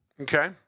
Okay